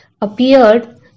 Appeared